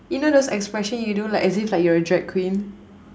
you know those expression you do like as if like you're a drag queen